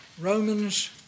Romans